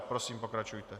Prosím, pokračujte.